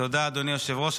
תודה, אדוני היושב-ראש.